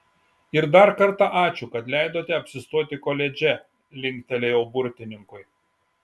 ir dar kartą ačiū kad leidote apsistoti koledže linktelėjau burtininkui